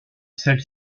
celle